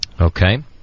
Okay